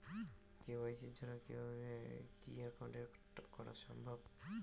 KYC ছাড়া কি account করা সম্ভব?